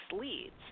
leads